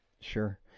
Sure